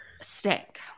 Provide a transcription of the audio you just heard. Stink